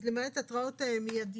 אז למעט התרעות מידיות,